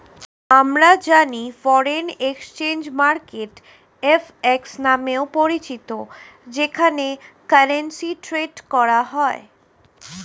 আমরা জানি foreign exchange market FX নামেও পরিচিত যেখানে কারেন্সি ট্রেড করা হয়